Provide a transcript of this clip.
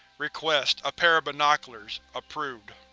request a pair of binoculars. approved.